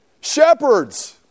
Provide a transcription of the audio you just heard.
Shepherds